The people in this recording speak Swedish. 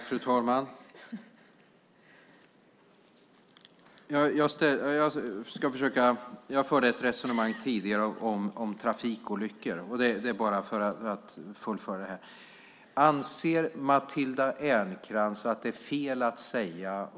Fru talman! Jag förde ett resonemang om trafikolyckor. Jag ska fullfölja det.